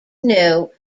knew